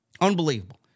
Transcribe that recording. Unbelievable